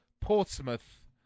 Portsmouth